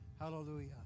hallelujah